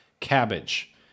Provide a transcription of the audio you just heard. Cabbage